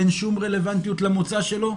אין שום רלוונטיות למוצא שלו.